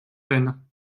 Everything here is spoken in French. vaine